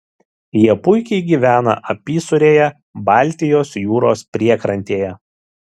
jie puikiai gyvena apysūrėje baltijos jūros priekrantėje